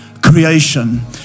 creation